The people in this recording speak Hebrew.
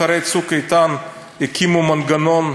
אחרי "צוק איתן" הקימו מנגנון חדש,